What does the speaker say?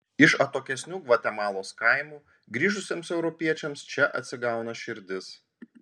iš atokesnių gvatemalos kaimų grįžusiems europiečiams čia atsigauna širdis